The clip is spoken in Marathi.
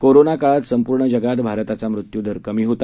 कोरोनाकाळातसंपूर्णजगातभारतातचामृत्यूदरकमीहोता